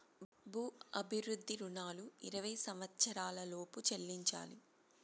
భూ అభివృద్ధి రుణాలు ఇరవై సంవచ్చరాల లోపు చెల్లించాలి